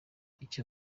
icyo